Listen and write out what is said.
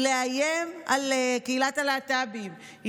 היא לאיים על קהילת הלהט"בים,